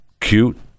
cute